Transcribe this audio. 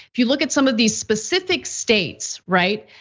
if you look at some of these specific states, right?